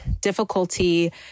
difficulty